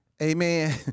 Amen